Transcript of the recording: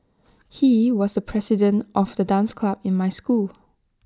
he was the president of the dance club in my school